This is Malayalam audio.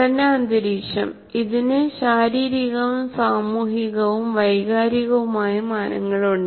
പഠന അന്തരീക്ഷം ഇതിന് ശാരീരികവും സാമൂഹികവും വൈകാരികവുമായ മാനങ്ങളുണ്ട്